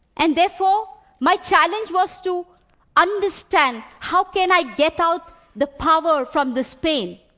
and therefore my challenge was to understand how can i get out the power from this pain.